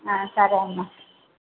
సరే అమ్మా